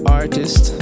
artist